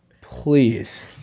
please